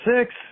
six